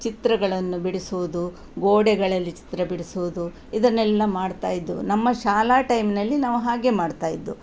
ಚಿತ್ರಗಳನ್ನು ಬಿಡಿಸುವುದು ಗೋಡೆಗಳಲ್ಲಿ ಚಿತ್ರ ಬಿಡಿಸುವುದು ಇದನ್ನೆಲ್ಲ ಮಾಡ್ತಾ ಇದ್ದೆವು ನಮ್ಮ ಶಾಲಾ ಟೈಮ್ನಲ್ಲಿ ನಾವು ಹಾಗೆ ಮಾಡ್ತಾ ಇದ್ದೆವು